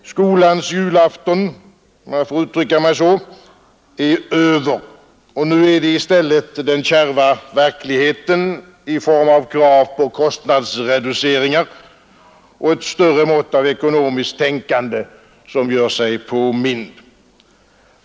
Skolans julafton — om jag får uttrycka mig så — är över, och nu är det i stället den kärva verkligheten i form av kraven på kostnadsreduceringar och ett större mått av ekonomiskt tänkande som gör sig påmind.